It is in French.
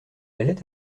allait